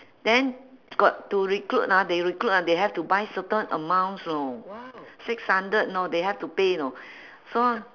then got to recruit ah they recruit ah they have to buy certain amounts you know six hundred you know they have to pay you know so